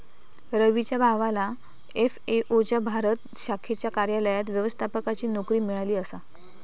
रवीच्या भावाला एफ.ए.ओ च्या भारत शाखेच्या कार्यालयात व्यवस्थापकाची नोकरी मिळाली आसा